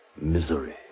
misery